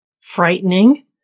frightening